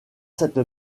cette